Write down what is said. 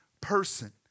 person